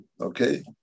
Okay